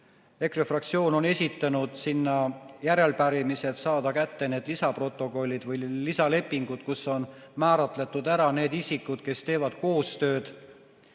EKRE fraktsioon on esitanud sinna järelpärimised, et saada kätte need lisaprotokollid või lisalepingud, kus on määratletud ära need isikud, kes teevad koostööd